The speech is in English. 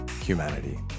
humanity